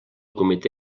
comitè